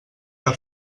que